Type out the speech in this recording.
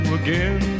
again